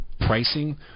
pricing